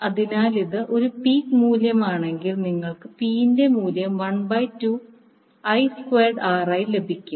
അതിനാൽ ഇത് ഒരു പീക്ക് മൂല്യമാണെങ്കിൽ നിങ്ങൾക്ക് P ൻറെ മൂല്യം 1 ബൈ 2 I സ്ക്വയർ R ആയി ലഭിക്കും